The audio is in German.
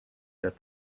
der